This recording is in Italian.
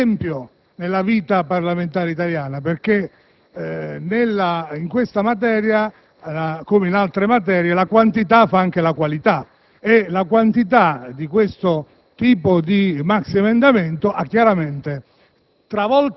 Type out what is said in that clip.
c'è altro esempio nella vita parlamentare italiana. Infatti, in questa materia, come in altre, la quantità fa anche la qualità e la quantità di questo tipo di maxiemendamento ha travolto